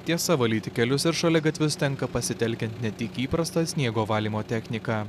tiesa valyti kelius ir šaligatvius tenka pasitelkian ne tik įprastą sniego valymo techniką